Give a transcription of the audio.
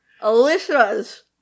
Alicia's